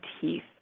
teeth